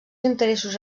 interessos